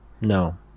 No